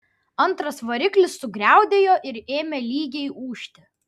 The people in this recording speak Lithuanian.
antras variklis sugriaudėjo ir ėmė lygiai ūžti